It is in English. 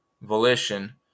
volition